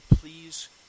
please